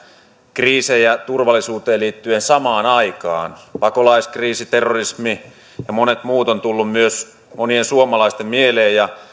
kriisejä turvallisuuteen liittyen samaan aikaan pakolaiskriisi terrorismi ja monet muut ovat tulleet myös monien suomalaisten mieleen ja